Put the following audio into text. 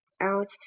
out